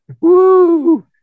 Woo